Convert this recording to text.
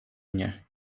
mnie